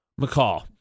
McCall